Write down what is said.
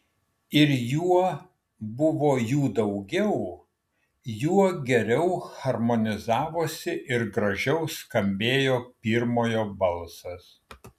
ir juo buvo jų daugiau juo geriau harmonizavosi ir gražiau skambėjo pirmojo balsas